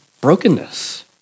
brokenness